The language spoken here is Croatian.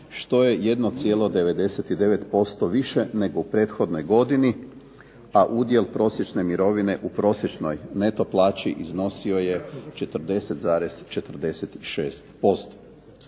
što je 1,99% više nego u prethodnoj godini, a udjel prosječne mirovine u prosječnoj neto plaći iznosio je 4,46%.